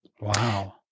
Wow